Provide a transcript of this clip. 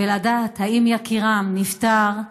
ולדעת אם יקירם נפטר,